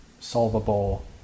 Solvable